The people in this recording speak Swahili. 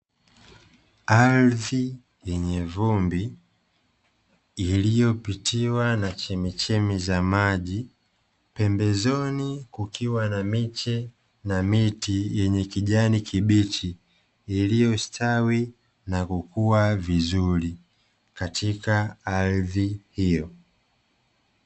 Ardhi yenye vumbi, iliyopitiwa na chemichemi za maji, pembezoni kukiwa na miche na miti yenye kijani kibichi, iliyostawi na kukua vizuri katika ardhi hiyo.